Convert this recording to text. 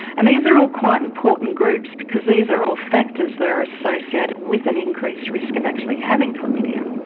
and these are all quite important groups because these are all factors that are associated with an increased risk of actually having chlamydia.